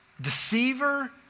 Deceiver